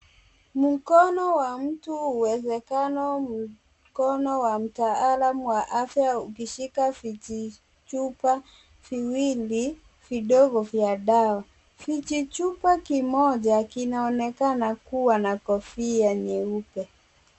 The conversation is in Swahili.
Mkono wa mtu uwezekano mkono wa mtaalamu wa afya, ukishika vijichupa viwili vidogo vya dawa. Vijichupa kimoja kinaonekana kuwa na kofia nyeupe.